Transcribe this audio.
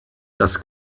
das